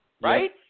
right